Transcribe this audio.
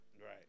Right